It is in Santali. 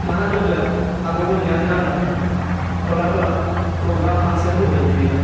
ᱱᱟᱦᱟᱜ ᱡᱩᱜᱽ ᱨᱮ ᱟᱵᱚ ᱵᱚ ᱧᱮᱞ ᱧᱟᱢ ᱮᱫᱟ ᱴᱚᱞᱟ ᱴᱚᱞᱟ ᱯᱨᱚᱜᱨᱟᱢ ᱯᱷᱟᱱᱥᱮᱱ ᱠᱚ ᱦᱩᱭ ᱚᱪᱚᱭᱮᱫᱟ